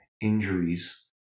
injuries